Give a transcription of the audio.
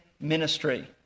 ministry